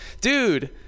dude